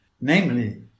namely